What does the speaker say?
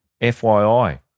FYI